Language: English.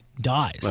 dies